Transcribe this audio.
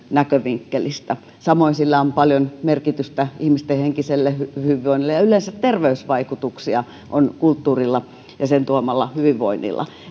näkövinkkelistä samoin sillä on paljon merkitystä ihmisten henkiselle hyvinvoinnille ja yleensä terveysvaikutuksia on kulttuurilla ja sen tuomalla hyvinvoinnilla